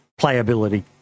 playability